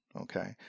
Okay